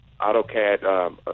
AutoCAD